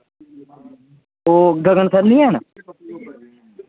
ओह् गगन सर निं हैन